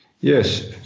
Yes